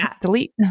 delete